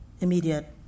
immediate